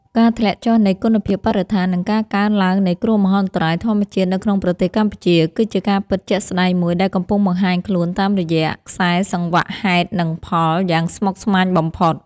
ការធ្លាក់ចុះនៃគុណភាពបរិស្ថាន និងការកើនឡើងនៃគ្រោះមហន្តរាយធម្មជាតិនៅក្នុងប្រទេសកម្ពុជា គឺជាការពិតជាក់ស្តែងមួយដែលកំពុងបង្ហាញខ្លួនតាមរយៈ ខ្សែសង្វាក់ហេតុនិងផល យ៉ាងស្មុគស្មាញបំផុត។